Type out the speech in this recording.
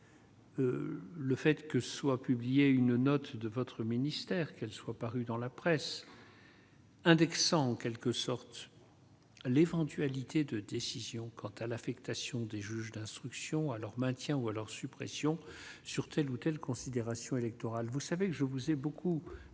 Le fait que soit publiée une note de votre ministère qu'elle soit parue dans la presse indexant en quelque sorte l'éventualité de décision quant à l'affectation des juges d'instruction à leur maintien ou à leur suppression sur telle ou telle considération électorale, vous savez que je vous ai beaucoup